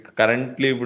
currently